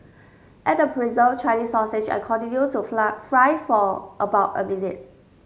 add the preserved Chinese sausage and continue to fly fry for about a minute